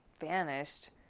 vanished